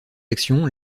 actions